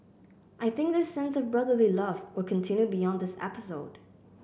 I think this sense of brotherly love will continue beyond this episode